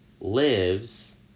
lives